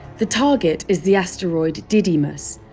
the target is the asteroid didymos,